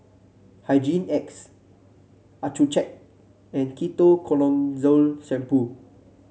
Hygin X Accucheck and Ketoconazole Shampoo